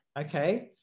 okay